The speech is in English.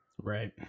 Right